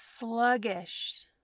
sluggish